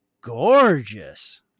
gorgeous